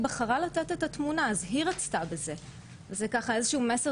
שבעצם גם הצוותים החינוכיים לא מבינים שגם אם רציתי לתת,